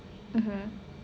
mmhmm